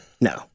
No